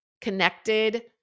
connected